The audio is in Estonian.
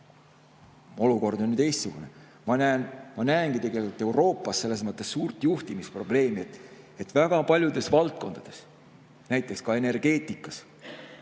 olukord teistsugune. Ma näengi tegelikult Euroopas selles mõttes suurt juhtimisprobleemi. Väga paljudes valdkondades, näiteks ka energeetikas